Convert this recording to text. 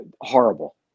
Horrible